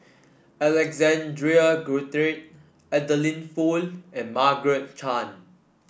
Alexander Guthrie Adeline Foo and Margaret Chan